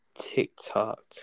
TikTok